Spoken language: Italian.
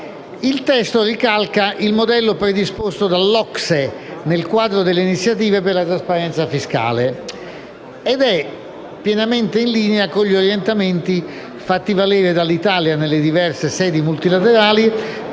Il testo ricalca il modello predisposto dall'OCSE nel quadro delle iniziative per la trasparenza fiscale ed è pienamente in linea con gli orientamenti fatti valere dall'Italia nelle diverse sedi multilaterali